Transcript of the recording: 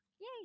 Yay